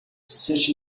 such